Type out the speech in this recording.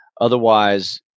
otherwise